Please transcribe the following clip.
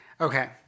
Okay